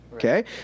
Okay